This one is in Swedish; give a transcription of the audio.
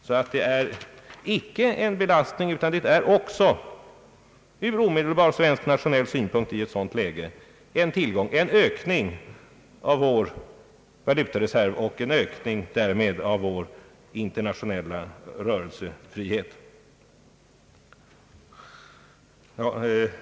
Det är alltså icke någon belastning utan ur omedelbar svensk nationell synpunkt i ett sådant läge en tillgång, en ökning av vår valutareserv och därmed en ökning av vår internationella rörelsefrihet.